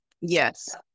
Yes